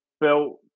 built